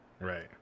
right